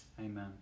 Amen